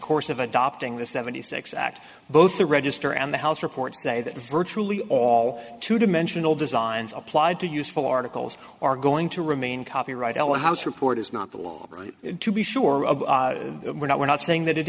course of adopting the seventy six act both the register and the house report say that virtually all two dimensional designs applied to useful articles are going to remain copyright l a house report is not the law to be sure we're not we're not saying that it